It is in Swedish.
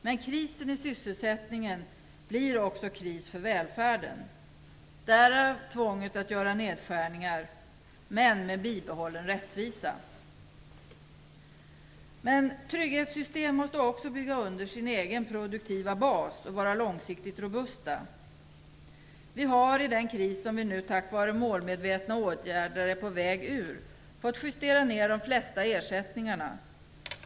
Men krisen i sysselsättningen blir också en kris för välfärden; därav tvånget att göra nedskärningar, men med bibehållen rättvisa. Trygghetssystem måste också bygga under sin egen produktiva bas och vara långsiktigt robusta. Vi har i den kris som vi nu tack vare målmedvetna åtgärder är på väg ur fått justera ner de flesta ersättningarna.